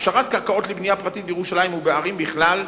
הפשרת קרקעות לבנייה פרטית בירושלים, ובערים בכלל,